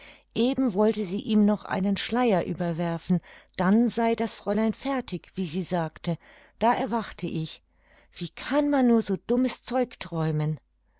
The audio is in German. eben wollte sie ihm noch einen schleier überwerfen dann sei das fräulein fertig wie sie sagte da erwachte ich wie kann man nur so dummes zeug träumen